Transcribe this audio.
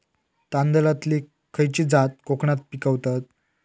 तांदलतली खयची जात कोकणात पिकवतत?